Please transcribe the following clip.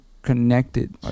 connected